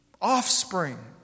offspring